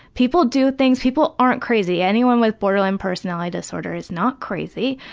people do things, people aren't crazy. anyone with borderline personality disorder is not crazy.